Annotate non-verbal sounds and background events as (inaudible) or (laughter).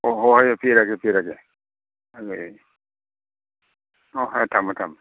ꯑꯣ ꯍꯣꯏ ꯑꯩ ꯄꯤꯔꯒꯦ ꯄꯤꯔꯒꯦ (unintelligible) ꯍꯣꯏ ꯍꯣꯏ ꯊꯝꯃꯣ ꯊꯝꯃꯣ